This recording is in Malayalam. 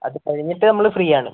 അത് കഴിഞ്ഞിട്ട് നമ്മൾ ഫ്രീയാണ്